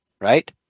right